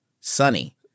Sunny